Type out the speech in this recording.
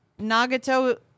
Nagato